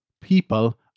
people